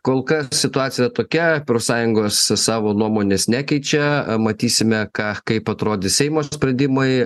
kol kas situacija tokia profsąjungos savo nuomonės nekeičia matysime ką kaip atrodys seimo sprendimai